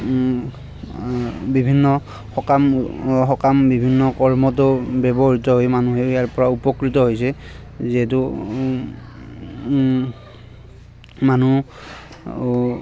বিভিন্ন সকাম সকাম বিভিন্ন কৰ্মতো ব্যৱহৃত হৈ মানুহে ইয়াৰ পৰা উপকৃত হৈছে যিহেতু মানুহো